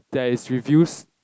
there is reviews